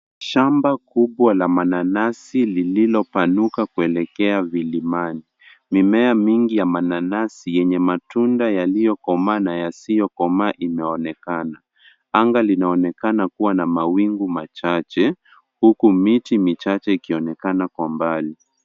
Shamba kubwa la mananasi lililopanuka kuelekea vilimani. Mimea mingi ya mananasi yenye matunda yaliyokomaa na yasiyokomaa imeonekana. Anga linaonekana kuwa na mawingu machache, huku miti michache ikionekana kwa umbali.